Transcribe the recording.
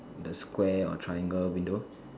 the square or triangle window